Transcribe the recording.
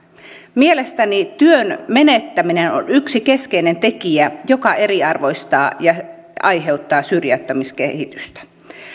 mielestäni työn menettäminen on yksi keskeinen tekijä joka eriarvoistaa ja aiheuttaa syrjäytymiskehitystä